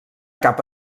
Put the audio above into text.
cap